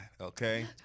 Okay